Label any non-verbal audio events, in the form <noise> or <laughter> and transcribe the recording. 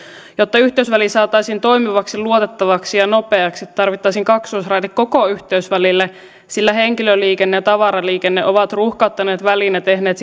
jotta yhteysväli saataisiin toimivaksi luotettavaksi ja nopeaksi tarvittaisiin kaksoisraide koko yhteysvälille sillä henkilöliikenne ja tavaraliikenne ovat ruuhkauttaneet välin ja tehneet <unintelligible>